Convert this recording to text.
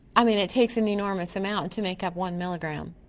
i mean it takes an enormous amount to make up one milligram.